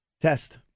test